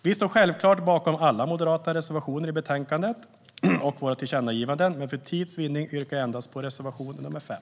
Vi står självklart bakom alla moderata reservationer i betänkandet och våra tillkännagivanden, men för tids vinnande yrkar jag bifall endast till reservation nr 5.